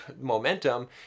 momentum